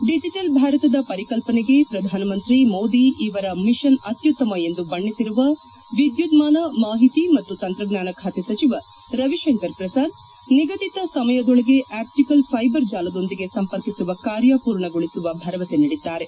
digital ಭಾರತದ ಪರಿಕಲ್ಪನೆಗೆ ಪ್ರಧಾನ ಮಂತ್ರಿ ಮೋದಿ ಇವರ ಮಿಷನ್ ಅತ್ನುತ್ತಮ ಎಂದು ಬಣ್ಣೆಸಿರುವ ವಿದ್ದುನ್ನಾನ ಮಾಹಿತಿ ಮತ್ತು ತಂತ್ರಜ್ಞಾನ ಬಾತೆ ಸಚಿವ ರವಿಶಂಕರ್ ಶ್ರಸಾದ್ ನಿಗದಿತ ಸಮಯದೊಳಗೆ ಆಷ್ಟಿಕಲ್ ಫ್ಲೆಬರ್ ಜಾಲದೊಂದಿಗೆ ಸಂಪರ್ಕಿಸುವ ಕಾರ್ಯ ಪೂರ್ಣಗೊಳಿಸುವ ಭರವಸೆ ನೀಡಿದ್ದಾರೆ